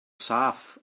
saff